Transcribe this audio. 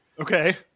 Okay